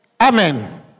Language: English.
Amen